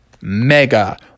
mega